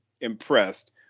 impressed